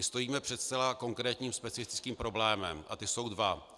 Stojíme před zcela konkrétními specifickými problémy a ty jsou dva.